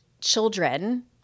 children